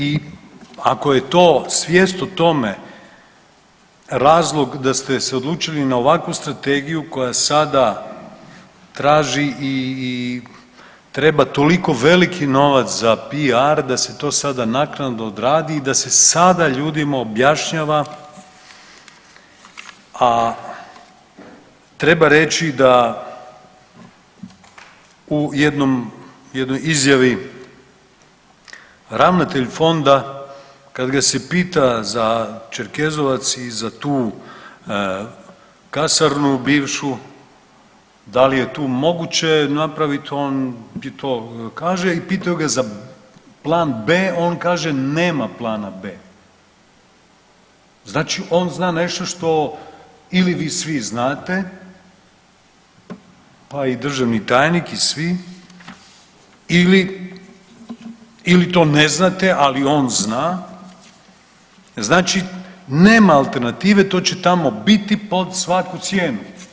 I ako je to svijest o tome razlog da ste se odlučili na ovakvu strategiju koja sada traži i treba toliki novac za PR da se to sada naknadno odradi i da se sada ljudima objašnjava, a treba reći da u jednom jednoj izjavi ravnatelj fonda kad ga se pita za Čerkezovac i za tu kasarnu bivšu, da li je tu moguće napravit, on to kaže i pitaju ga za plan B, on kaže nema plana B. znači on zna nešto što ili vi svi znate, pa i državni tajnik i svi ili to ne znate, ali on zna, znači nema alternative to će tamo biti pod svaku cijenu.